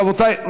רבותי,